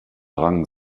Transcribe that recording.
rang